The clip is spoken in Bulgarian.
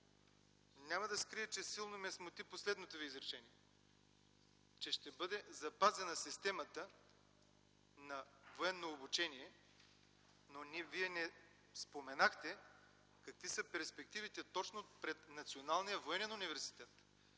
Няма да скрия, че силно ме смути последното Ви изречение, че ще бъде запазена системата на военно обучение, но Вие не споменахте: какви са перспективите точно пред Националния военен университет?